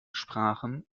sprachen